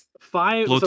five